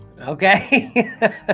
okay